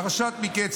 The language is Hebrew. פרשת מקץ,